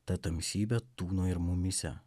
ta tamsybė tūno ir mumyse